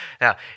Now